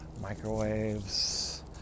microwaves